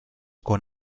con